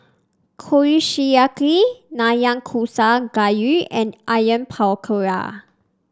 Kushiyaki Nanakusa Gayu and Onion Pakora